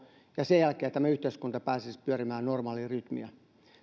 ja sen jälkeen tämä yhteiskunta pääsisi pyörimään normaalirytmiä